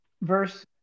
verse